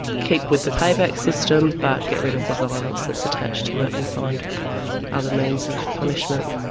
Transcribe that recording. keep with the payback system but get rid of the violence that's attached to it and find other means of punishment.